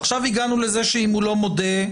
עכשיו הגענו לכך שאם הוא לא מודה,